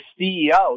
CEO